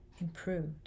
Improved